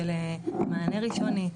של מענה ראשוני.